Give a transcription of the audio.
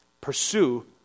pursue